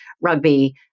rugby